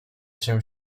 się